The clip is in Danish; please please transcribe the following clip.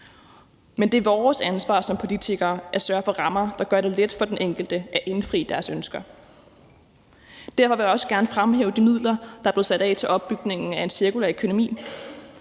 men det er vores ansvar som politikere at sørge for rammer, der gør det let for den enkelte at indfri deres ønsker. Derfor vil jeg også gerne fremhæve de midler, der er blevet sat af til opbygningen af en cirkulær økonomi.